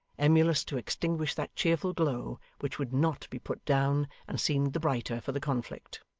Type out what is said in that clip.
emulous to extinguish that cheerful glow, which would not be put down and seemed the brighter for the conflict!